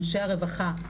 אנשי הרווחה,